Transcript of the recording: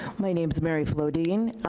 my name is mary flodine.